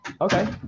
Okay